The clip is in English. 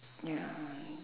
ya